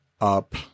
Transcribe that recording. up